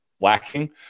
lacking